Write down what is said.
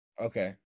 Okay